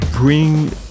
Bring